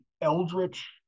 Eldritch